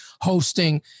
hosting